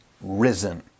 risen